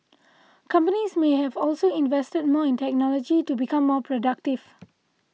companies may have also invested more in technology to become more productive